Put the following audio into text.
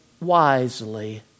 wisely